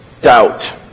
doubt